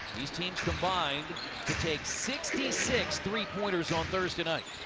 these teams combined to take sixty six three-pointers on thursday night.